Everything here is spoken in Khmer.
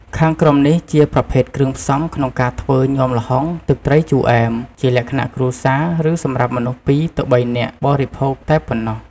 ខាងក្រោមនេះជាប្រភេទគ្រឿងផ្សំក្នុងការធ្វើញាំល្ហុងទឹកត្រីជូរអែម ជាលក្ខណៈគ្រួសារ ឬសម្រាប់មនុស្ស ពីរ ទៅបីនាក់បរិភោគតែប៉ុណ្ណោះ។